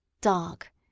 dark